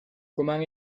comment